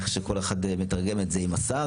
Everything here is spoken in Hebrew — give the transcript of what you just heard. איך שכל אחד מתרגם את זה עם השר,